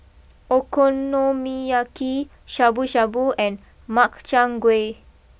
Okonomiyaki Shabu Shabu and Makchang Gui